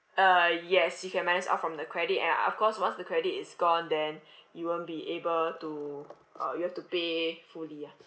uh yes you can minus out from the credit and of course once the credit is gone then you won't be able to uh you have to pay fully ya